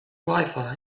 wifi